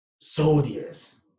soldiers